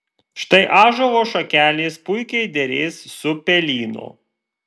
štai ąžuolo šakelės puikiai derės su pelyno